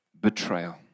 betrayal